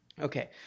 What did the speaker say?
Okay